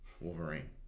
Wolverine